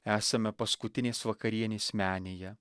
esame paskutinės vakarienės menėje